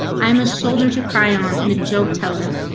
i'm a shoulder to cry on in a joke teller.